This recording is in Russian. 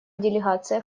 делегация